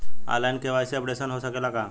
आन line KYC updation हो सकेला का?